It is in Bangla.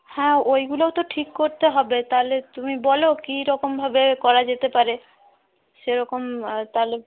হ্যাঁ ওইগুলোও তো ঠিক করতে হবে তাহলে তুমি বলো কিরকমভাবে করা যেতে পারে সেরকম তালে